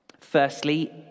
Firstly